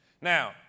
Now